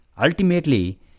Ultimately